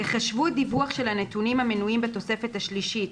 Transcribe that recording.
ייחשבו דיווח של הנתונים המנויים בתוספת השלישית,